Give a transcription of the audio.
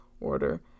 order